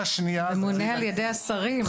זה ממונה על ידי השרים.